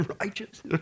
righteous